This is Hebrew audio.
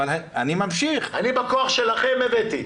אני בכוח שלכם הבאתי.